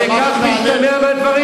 כך משתמע מהדברים,